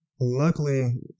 Luckily